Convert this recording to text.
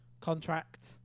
contract